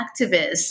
activists